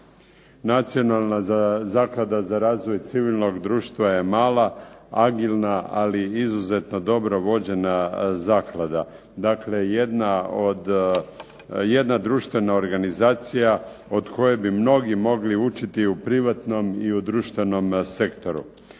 Nacionalna zaklada za razvoj civilnog društva je mala, agilna, ali izuzetno dobro vođena zaklada. Dakle jedna od, jedna društvena organizacija od koje bi mnogi mogli učiti u privatnom i u društvenom sektoru.